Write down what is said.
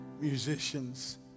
musicians